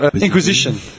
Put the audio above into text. Inquisition